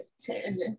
ten